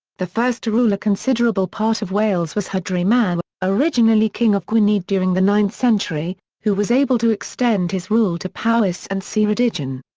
the first to rule a considerable part of wales was rhodri mawr, originally king of gwynedd during the ninth century, who was able to extend his rule to powys and ceredigion.